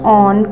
on